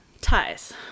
Ties